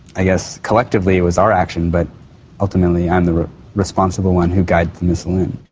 i guess collectively it was our action but ultimately i'm the responsible one who guided the missile in.